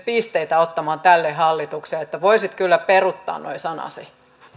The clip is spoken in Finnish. pisteitä ottamaan tälle hallitukselle voisit kyllä peruuttaa nuo sanasi